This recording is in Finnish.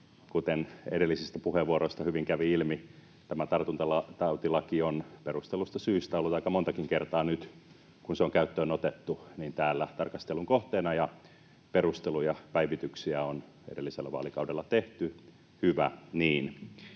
Kuten edellisistä puheenvuoroista hyvin kävi ilmi, tämä tartuntatautilaki on perustelluista syistä ollut aika montakin kertaa täällä tarkastelun kohteena nyt, kun se on käyttöön otettu, ja perusteluja ja päivityksiä on edellisellä vaalikaudella tehty — hyvä niin.